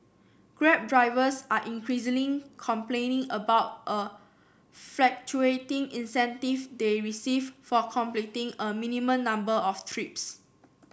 grab drivers are increasingly complaining about a fluctuating incentive they receive for completing a minimum number of trips